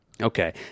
okay